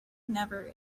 never